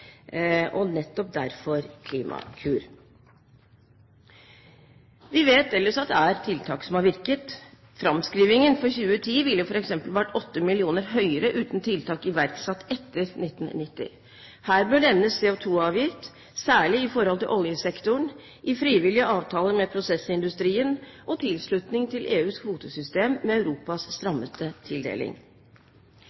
og nettopp derfor Klimakur. Vi vet ellers at det er tiltak som har virket. Framskrivingen for 2010 ville f.eks. vært 8 mill. tonn høyere uten tiltak iverksatt etter 1990. Her bør nevnes CO2-avgift – særlig i forhold til oljesektoren, i frivillige avtaler med prosessindustrien og tilslutning til EUs kvotesystem med Europas